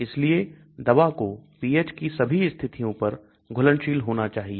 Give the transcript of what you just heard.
इसलिए दवा को pH कि सभी स्थितियों पर घुलनशील होना चाहिए